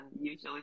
usually